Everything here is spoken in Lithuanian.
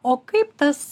o kaip tas